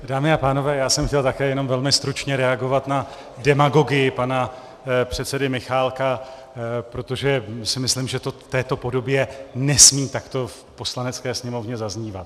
Dámy a pánové, já jsem chtěl také jenom velmi stručně reagovat na demagogii pana předsedy Michálka, protože si myslím, že to v této podobě nesmí takto v Poslanecké sněmovně zaznívat.